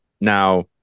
Now